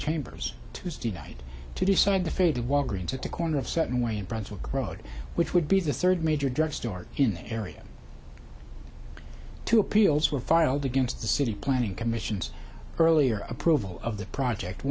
chambers tuesday night to decide the fate of walgreens at the corner of seven way in brunswick road which would be the third major drugstore in the area two appeals were filed against the city planning commissions earlier approval of the project